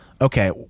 Okay